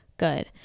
good